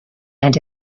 and